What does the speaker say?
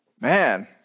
Man